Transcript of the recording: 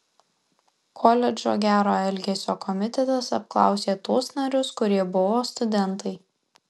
koledžo gero elgesio komitetas apklausė tuos narius kurie buvo studentai